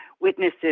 witnesses